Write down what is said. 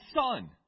son